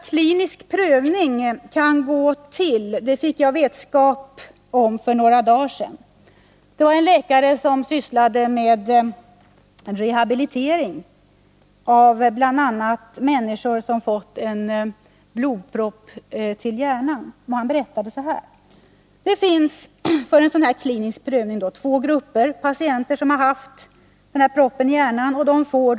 klinisk prövning kan gå till fick jag vetskap om för några dagar sedan av en läkare som sysslar med rehabilitering av bl.a. människor som fått blodpropp i hjärnan. Han berättade följande. Man har för en sådan här klinisk prövning delat in patienter som fått blodpropp i två grupper.